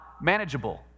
manageable